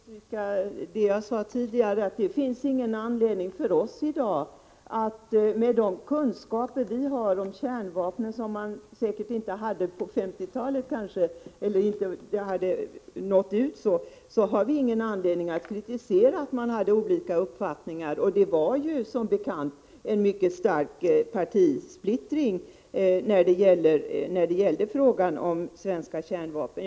Herr talman! Jag skall bara understryka det jag sade tidigare, nämligen att det inte finns någon anledning för oss att, med de kunskaper vi har i dag om kärnvapen, kunskaper som man säkert inte hade på 1950-talet eller som då inte hade nått ut, kritisera att det var olika uppfattningar. Det var ju som bekant en mycket stark partisplittring i frågan om svenska kärnvapen.